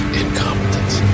incompetence